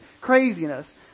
craziness